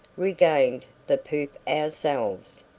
regained the poop ourselves.